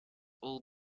all